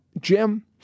Jim